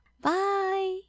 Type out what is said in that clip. Bye